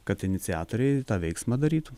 kad iniciatoriai tą veiksmą darytų